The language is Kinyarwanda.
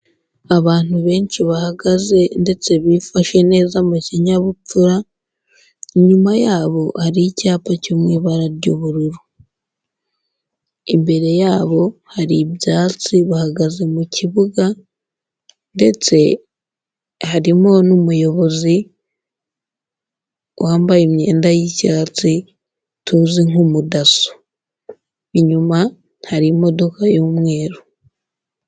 Abantu benshi bahagaze ndetse bifashe neza mu kinyabupfura, inyuma yabo hari icyapa cyo mu ibara ry'ubururu. Imbere yabo hari ibyatsi, bahagaze mu kibuga ndetse harimo n'umuyobozi wambaye imyenda y'icyatsi tuzi nk'umudaso. Inyuma hari imodoka y'umweru.